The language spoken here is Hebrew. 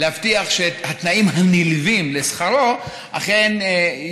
להבטיח שהתנאים הנלווים לשכרו אכן,